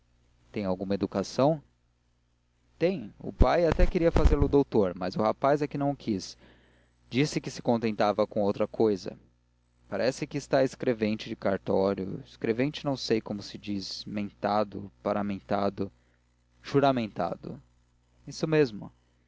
tem alguma educação tem o pai até queria fazê-lo doutor mas o rapaz é que não quis disse que se contentava com outra cousa parece que está escrevente de cartório escrevente não sei como se diz mentado paramentado juramentado isso mesmo